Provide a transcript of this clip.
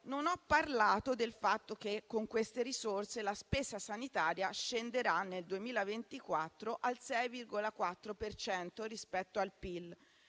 non ho parlato del fatto che con queste risorse la spesa sanitaria scenderà nel 2024 al 6,4 per cento rispetto al PIL.